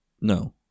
No